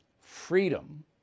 freedom